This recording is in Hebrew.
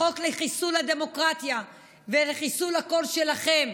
החוק לחיסול הדמוקרטיה ולחיסול הקול שלכם,